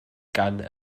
gan